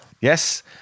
Yes